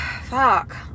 fuck